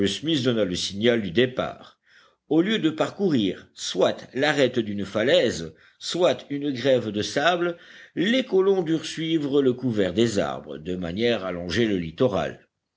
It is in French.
donna le signal du départ au lieu de parcourir soit l'arête d'une falaise soit une grève de sable les colons durent suivre le couvert des arbres de manière à longer le littoral